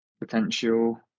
potential